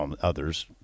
others